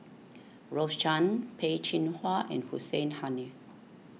Rose Chan Peh Chin Hua and Hussein Haniff